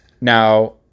Now